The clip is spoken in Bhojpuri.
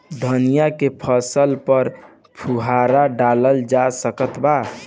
धनिया के फसल पर फुहारा डाला जा सकत बा?